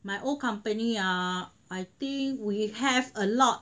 my old company ah I think we have a lot